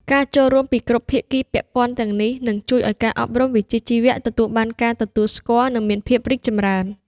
ការចូលរួមពីគ្រប់ភាគីពាក់ព័ន្ធទាំងនេះនឹងជួយឱ្យការអប់រំវិជ្ជាជីវៈទទួលបានការទទួលស្គាល់ និងមានភាពរីកចម្រើន។